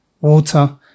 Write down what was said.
water